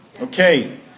Okay